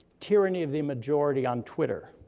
tyranny of the majority on twitter,